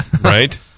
right